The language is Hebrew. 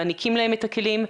מעניקים להם את הכלים,